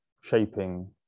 shaping